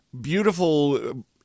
beautiful